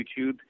YouTube